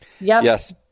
yes